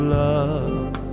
love